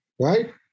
right